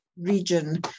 region